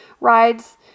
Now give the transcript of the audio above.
rides